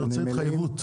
אני רוצה התחייבות.